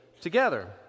together